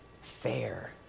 fair